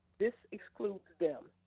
this excludes them,